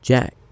Jack